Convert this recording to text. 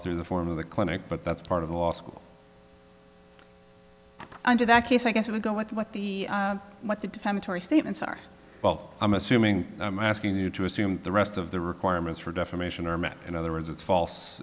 through the form of the clinic but that's part of the law school under that case i guess it would go with what the what the defendant or statements are well i'm assuming i'm asking you to assume the rest of the requirements for defamation are met in other words it's false